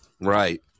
Right